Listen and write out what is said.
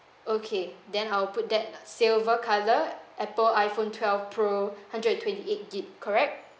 okay then I'll put that silver colour apple iphone twelve pro hundred and twenty eight G_B correct